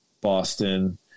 Boston